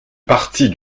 partie